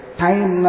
time